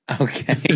Okay